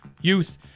youth